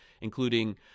including